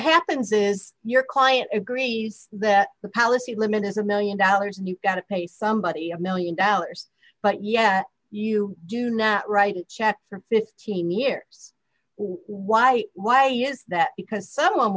happens is your client agrees that the policy limit is a one million dollars and you've got to pay somebody a one million dollars but yet you do not write a check for fifteen years why why is that because some